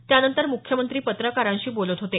त्यानंतर मुख्यमंत्री पत्रकारांशी बोलत होते